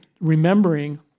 remembering